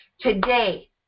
today